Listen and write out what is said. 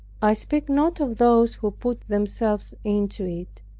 i speak not of those who put themselves into it,